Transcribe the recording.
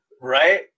Right